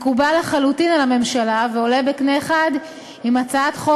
מקובל לחלוטין על הממשלה ועולה בקנה אחד עם הצעת חוק